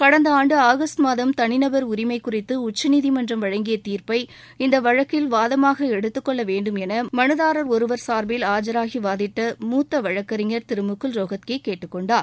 கடந்த ஆண்டு ஆகஸ்ட் மாதம் தனிநபர் உரிமை குறித்து உச்சநீதிமன்றம் வழங்கிய தீர்ப்பை இந்த வழக்கில் வாதமாக எடுத்துக் கொள்ள வேண்டும் என மனுதாரர் ஒருவர் சார்பில் ஆஜராகி வாதிட்ட மூத்த வழக்கறிஞர் முகில் ரோஹத்கி கேட்டுக் கொண்டார்